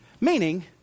Meaning